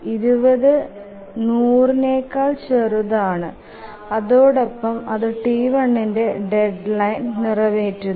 20 100നേക്കാൾ ചെറുത് ആണ് അതോടൊപ്പം അതു T1ന്ടെ ഡെഡ്ലൈൻ നിറവേറ്റുന്നു